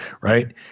Right